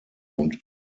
und